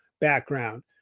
background